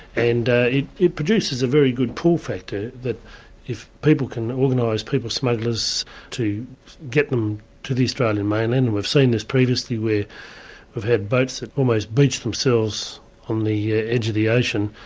and ah it it produces a very good pool factor, that if people can organise people smugglers to get them to the australian mainland, and we've seen this previously, where we've had boats that almost beached themselves on the ah edge of the ocean,